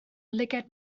lygaid